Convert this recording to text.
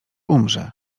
umrze